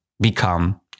become